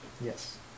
Yes